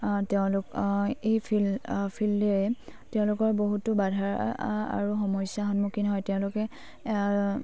তেওঁলোক এই ফিল্ড ফিল্ডেৰে তেওঁলোকৰ বহুতো বাধাৰ আৰু সমস্যাৰ সন্মুখীন হয় তেওঁলোকে